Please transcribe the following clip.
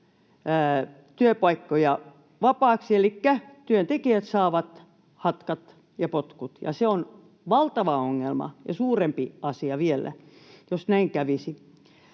työpaikkoja vapaaksi. Elikkä työntekijät saavat hatkat ja potkut, ja se on valtava ongelma ja suurempi asia vielä, jos näin kävisi.